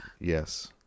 Yes